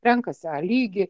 renkasi a lygį